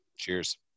Cheers